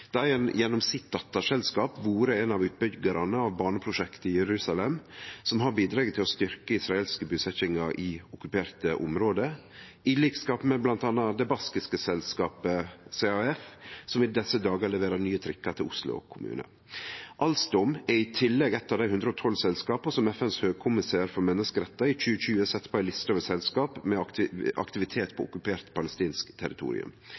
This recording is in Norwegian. Dei har gjennom sitt dotterselskap vore ein av utbyggjarane av baneprosjekt i Jerusalem som har bidrege til å styrke israelske busetjingar i okkuperte område, i likskap med bl.a. det baskiske selskapet CAF, som i desse dagar leverer nye trikkar til Oslo kommune. Alstom er i tillegg eitt av de 112 selskapa som FNs høgkommissær for menneskerettar i 2020 sette på ei liste over selskap med aktivitet på okkupert palestinsk territorium.